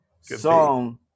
song